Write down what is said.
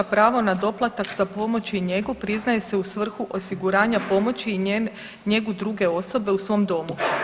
Pravo na doplatak za pomoć i njegu priznaje se u svrhu osiguranja pomoći i njegu druge osobe u svom domu.